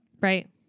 Right